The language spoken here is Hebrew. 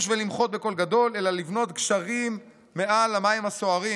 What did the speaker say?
ולמחות בקול גדול אלא לבנות גשרים מעל המים הסוערים,